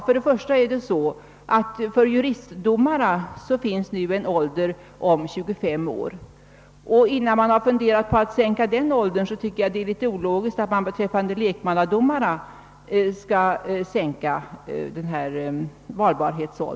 För det första stadgas nu att juristdomare skall ha en ålder av minst 25 år, och om man inte funderar på att sänka den åldern tycker jag det är ologiskt att sänka valbarhetsåldern för lekmannadomarna.